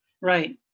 Right